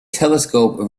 telescope